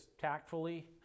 tactfully